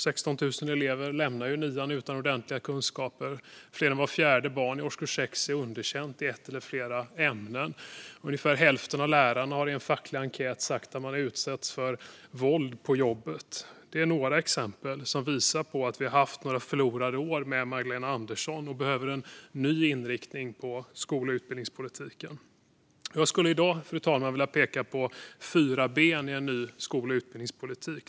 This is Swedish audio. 16 000 elever lämnar nian utan godkända betyg, och fler än vart fjärde barn i årskurs 6 är underkänt i ett eller flera ämnen. Ungefär hälften av lärarna har i en facklig enkät sagt att de utsätts för fysiskt våld. Detta är ett antal exempel som visar på att vi har haft några förlorade år med Magdalena Andersson och behöver en ny inriktning på skol och utbildningspolitiken. Jag skulle i dag, fru talman, vilja peka på fyra ben i en ny skol och utbildningspolitik.